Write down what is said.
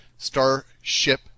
Starship